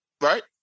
Right